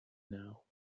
now